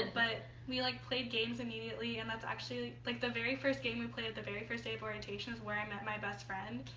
and but we like played games immediately. and but actually, like the very first game we played at the very first day of orientation is where i met my best friend.